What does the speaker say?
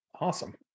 awesome